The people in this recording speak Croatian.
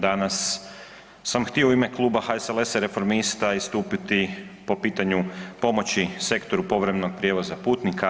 Danas sam htio u ime kluba HSLS-a i Reformista istupiti po pitanju pomoći sektoru povremenog prijevoza putnika.